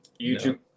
youtube